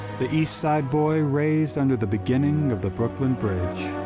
the east side boy raised under the beginning of the brooklyn bridge.